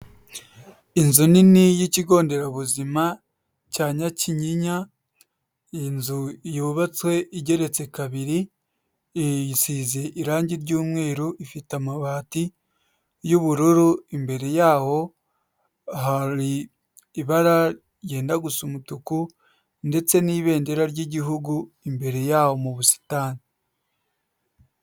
Inzu nini y'ikigo nderabuzima cya Nyakinyinya, ni inzu yubatswe igeretse kabiri, isize irangi ry'umweru, ifite amabati y'ubururu, imbere yaho hari ibara ryenda gusa umutuku ndetse n'ibendera ry'igihugu imbere yaho mu busitani.